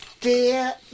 Dear